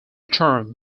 term